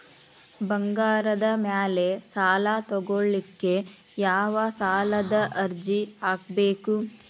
ಬಂಗಾರದ ಮ್ಯಾಲೆ ಸಾಲಾ ತಗೋಳಿಕ್ಕೆ ಯಾವ ಸಾಲದ ಅರ್ಜಿ ಹಾಕ್ಬೇಕು?